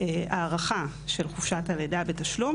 הארכה של חופשת הלידה בתשלום,